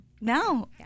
No